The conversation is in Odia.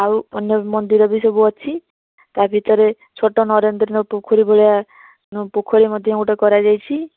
ଆଉ ଅନ୍ୟ ମନ୍ଦିର ବି ସବୁଅଛି ତା ଭିତରେ ଛୋଟ ନରେନ୍ଦ୍ରନାଥ ପୋଖରୀ ଭଳିଆ ପୋଖରୀ ମଧ୍ୟ ଗୋଟେ କରାଯାଇଛି